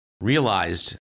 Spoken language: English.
realized